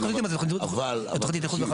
אנחנו יודעים מה זו תוכנית איחוד וחלוקה,